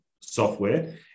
software